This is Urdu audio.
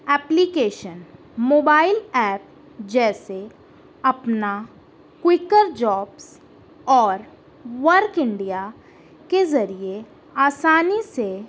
ایپلیکیشن موبائل ایپ جیسے اپنا کوئکر جابس اور ورک انڈیا کے ذریعے آسانی سے